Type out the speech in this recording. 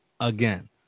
again